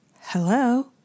hello